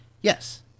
Yes